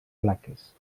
plaques